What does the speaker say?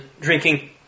drinking